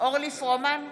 אורלי פרומן,